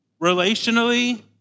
relationally